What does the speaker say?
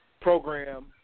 program